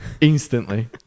instantly